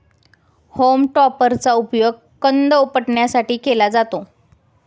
home टॉपरचा उपयोग कंद उपटण्यासाठी केला जातो